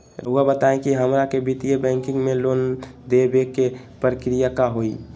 रहुआ बताएं कि हमरा के वित्तीय बैंकिंग में लोन दे बे के प्रक्रिया का होई?